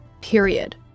period